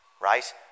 right